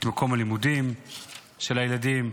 את מקום הלימודים של הילדים,